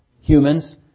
humans